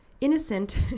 Innocent